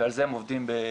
ועל זה הם עובדים במרץ.